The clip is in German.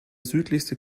südlichste